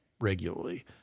regularly